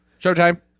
Showtime